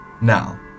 Now